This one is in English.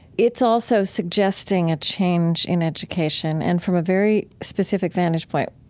it's also suggesting a change in education and from a very specific vantage point,